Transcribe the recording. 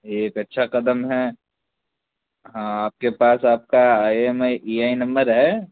یہ ایک اچھا قدم ہے ہاں آپ کے پاس آپ کا I M I E I number ہے